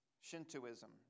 Shintoism